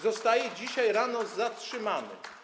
zostaje dzisiaj rano zatrzymana.